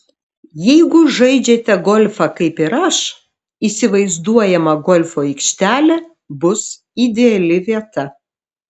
jeigu žaidžiate golfą kaip ir aš įsivaizduojama golfo aikštelė bus ideali vieta